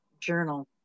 journal